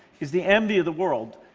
is the envy of the world.